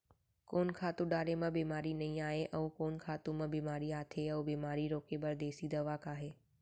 कोन खातू डारे म बेमारी नई आये, अऊ कोन खातू म बेमारी आथे अऊ बेमारी रोके बर देसी दवा का हे?